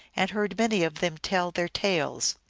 and heard many of them tell their tales.